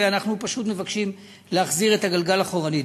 ואנחנו פשוט מבקשים להחזיר את הגלגל אחורנית.